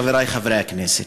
חברי חברי הכנסת,